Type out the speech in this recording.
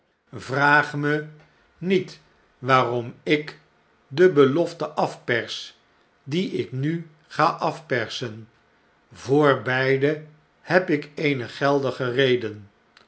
vraag me niet waarom ik de belofte afpers die ik nu ga afpersen voor beide heb ik eene geldige reden